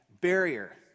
barrier